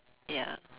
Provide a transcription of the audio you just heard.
ya